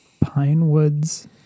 Pinewoods